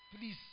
please